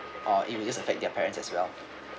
or it will just affect their parents as well